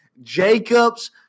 Jacob's